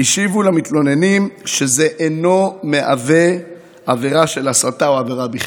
השיבו למתלוננים שאין זה מהווה עבירה של הסתה או עבירה בכלל.